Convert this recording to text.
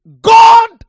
God